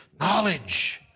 knowledge